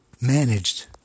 managed